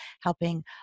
helping